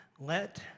let